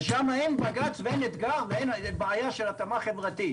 ושם אין בג"צ ואין אתגר ואין בעיה של התאמה חברתית.